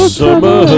summer